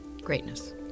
Greatness